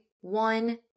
one